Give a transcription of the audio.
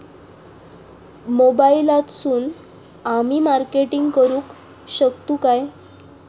मोबाईलातसून आमी मार्केटिंग करूक शकतू काय?